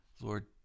Lord